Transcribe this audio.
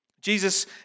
Jesus